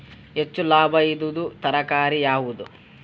ಹೆಚ್ಚು ಲಾಭಾಯಿದುದು ತರಕಾರಿ ಯಾವಾದು?